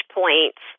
points